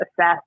assess